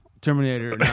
Terminator